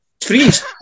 freeze